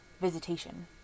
visitation